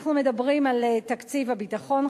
אנחנו מדברים על תקציב הביטחון,